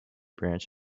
branch